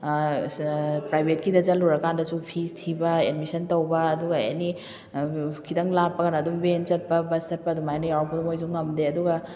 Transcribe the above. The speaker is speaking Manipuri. ꯄ꯭ꯔꯥꯏꯕꯦꯠꯀꯤꯗ ꯆꯠꯂꯨꯔ ꯀꯥꯟꯗꯁꯨ ꯐꯤꯁ ꯊꯤꯕ ꯑꯦꯗꯃꯤꯁꯟ ꯇꯧꯕ ꯑꯗꯨꯒ ꯑꯦꯅꯤ ꯈꯤꯇꯪ ꯂꯥꯞꯄꯒꯅ ꯑꯗꯨꯝ ꯚꯦꯟ ꯆꯠꯄ ꯕꯁ ꯆꯠꯄ ꯑꯗꯨꯃꯥꯏꯅ ꯌꯥꯎꯔꯛꯄꯗꯨ ꯃꯣꯏꯁꯨ ꯉꯝꯗꯦ ꯑꯗꯨꯒ